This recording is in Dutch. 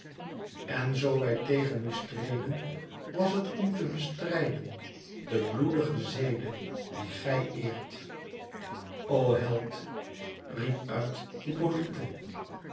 en zoo wij tegen u streden was het om te bestrijden de bloedige zede die gij eert o held riep uit